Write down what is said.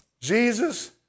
Jesus